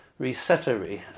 resettery